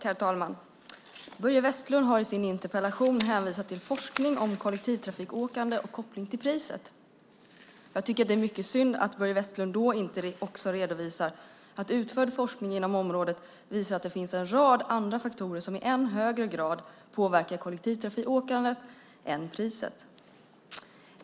Herr talman! Börje Vestlund har i sin interpellation hänvisat till forskning om kollektivtrafikåkande och kopplingen till priset. Jag tycker att det är mycket synd att Börje Vestlund då inte också redovisar att utförd forskning inom området visar att det finns en rad andra faktorer som i än högre grad påverkar kollektivtrafikåkandet än priset.